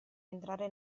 entrare